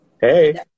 hey